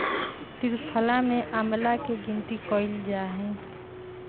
त्रिफला में आंवला के गिनती कइल जाहई